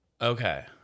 Okay